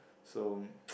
so